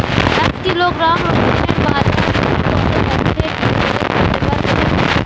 এক কিলোগ্রাম রসুনের বাজার দর কত যাচ্ছে কি করে জানতে পারবো?